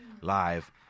live